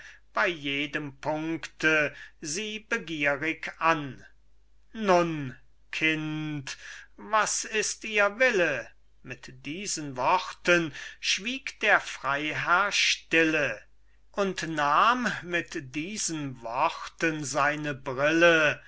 bei jedem punkte sie begierig an nun kind was ist ihr wille mit diesen worten schwieg der freiherr stille und nahm mit diesen worten seine brille